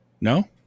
No